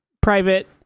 private